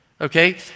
okay